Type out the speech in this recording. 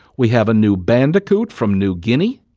we have a new bandicoot from new guinea,